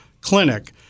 Clinic